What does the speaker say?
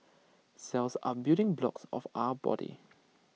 cells are building blocks of our body